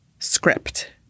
script